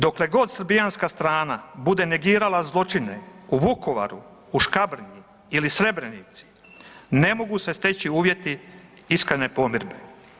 Dokle god srbijanska strana bude negirala zločine u Vukovaru, u Škabrnji ili Srebrenici, ne mogu se steći uvjeti iskrene pomirbe.